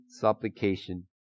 supplication